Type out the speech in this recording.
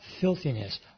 filthiness